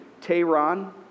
Tehran